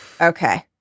okay